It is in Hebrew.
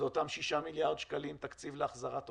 זה אותם 6 מיליארד שקלים תקציבי להחזרת עובדים.